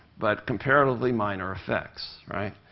but comparatively minor effects, right?